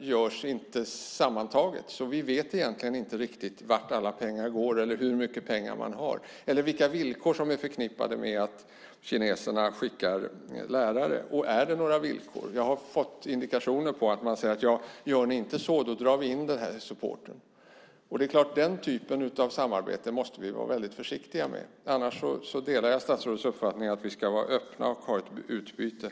görs inte sammantaget, så vi vet inte riktigt vart pengarna går, hur mycket pengar man har eller vilka villkor som är förknippade med att kineserna skickar lärare. Är det några villkor? Jag har fått indikationer på att man säger: Gör ni inte så här drar vi in supporten. Den typen av samarbete måste vi ju vara väldigt försiktiga med. Annars delar jag statsrådets uppfattning att vi ska vara öppna och ha ett utbyte.